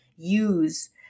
use